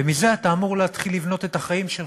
ומזה אתה אמור להתחיל לבנות את החיים שלך,